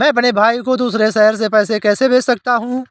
मैं अपने भाई को दूसरे शहर से पैसे कैसे भेज सकता हूँ?